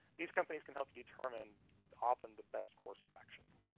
these companies can help determine often the best course of action.